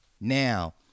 Now